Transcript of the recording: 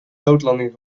noodlanding